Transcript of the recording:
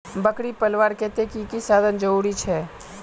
बकरी पलवार केते की की साधन जरूरी छे?